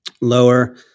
lower